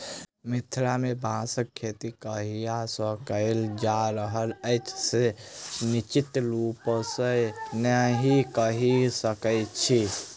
मिथिला मे बाँसक खेती कहिया सॅ कयल जा रहल अछि से निश्चित रूपसॅ नै कहि सकैत छी